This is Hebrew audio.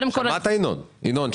שמעת, ינון?